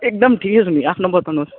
एकदम ठिकै छु नि आफ्नो बताउनु होस्